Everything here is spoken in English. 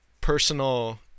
personal